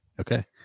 Okay